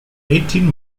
eighteen